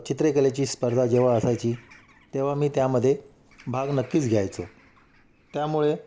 चित्रेकलेची स्पर्धा जेव्हा असायची तेव्हा मी त्यामध्ये मी भाग नक्कीच घ्यायचो त्यामुळे